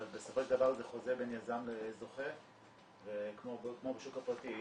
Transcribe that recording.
אבל בסופו של דבר זה חוזה בין יזם לזוכה כמו בשוק הפרטי.